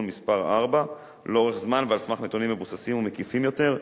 מס' 4 לאורך זמן ועל סמך נתונים מבוססים ומקיפים יותר,